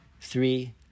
three